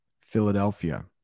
Philadelphia